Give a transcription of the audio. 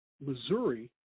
Missouri